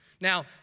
Now